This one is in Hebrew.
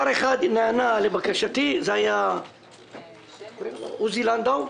שר אחד נענה לבקשתי, זה היה עוזי לנדאו.